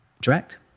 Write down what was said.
direct